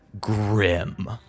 grim